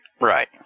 Right